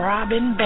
Robin